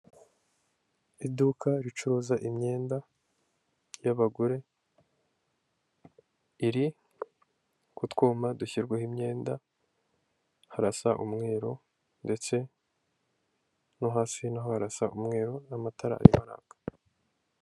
Iduka ricuruza imyenda y'abagore iri kutwuma dushyirwaho imyenda harasa umweru ndetse no hasi naho harasa umweru n'amatara ari kwaka.